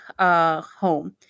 Home